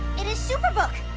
it is superbook.